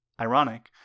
ironic